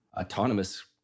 autonomous